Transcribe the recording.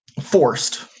forced